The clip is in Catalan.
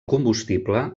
combustible